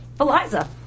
Eliza